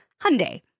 Hyundai